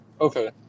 Okay